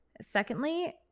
Secondly